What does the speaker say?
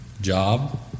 job